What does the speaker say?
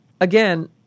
Again